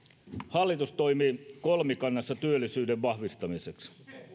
hallitus toimii kolmikannassa työllisyyden vahvistamiseksi